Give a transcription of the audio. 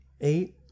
Eight